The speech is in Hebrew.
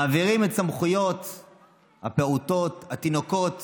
מעבירים את סמכויות הפעוטות, התינוקות,